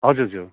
हजुर हजुर